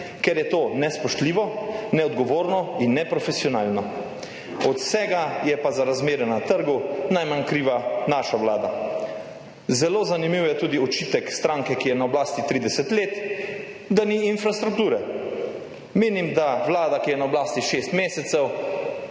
ker je to nespoštljivo, neodgovorno in neprofesionalno. Od vsega je pa za razmere na trgu najmanj kriva naša vlada. Zelo zanimiv je tudi očitek stranke, ki je na oblasti 30 let, da ni infrastrukture. Menim, da vlada, ki je na oblasti šest mesecev,